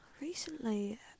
recently